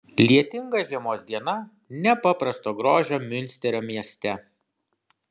lietinga žiemos diena nepaprasto grožio miunsterio mieste